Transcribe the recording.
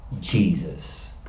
Jesus